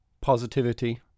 positivity